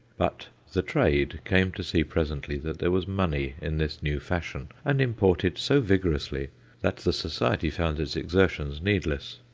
but the trade came to see presently that there was money in this new fashion, and imported so vigorously that the society found its exertions needless.